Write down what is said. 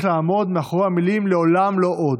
לעמוד מאחורי המילים "לעולם לא עוד".